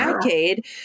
decade